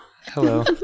Hello